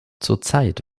zurzeit